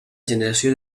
generació